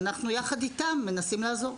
ואנחנו יחד איתם מנסים לעזור.